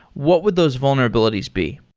what would those vulnerabilities be?